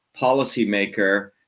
policymaker